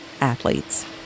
athletes